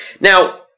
Now